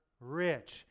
rich